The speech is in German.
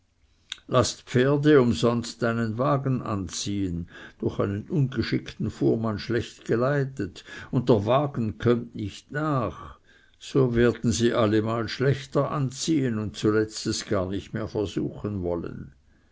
laßt pferde umsonst einen wagen anziehen durch einen ungeschickten fuhrmann schlecht geleitet und der wagen kömmt nicht nach so werden sie allemal schlechter anziehen und zuletzt es gar nicht mehr versuchen wollen